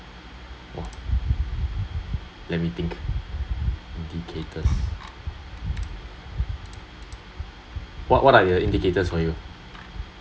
oh let me think indicators what what are the indicators for you